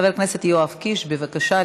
חבר הכנסת יואב קיש, בבקשה.